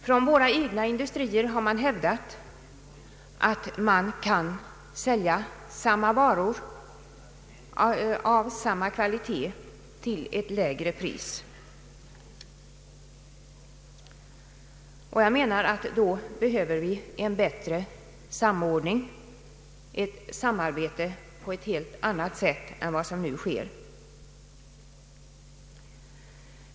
Från våra egna industrier har man hävdat att man kan sälja samma varor av samma kvalitet till ett lägre pris. Då behöver vi enligt min mening en bättre samordning, ett samarbete på ett helt annat sätt än nu.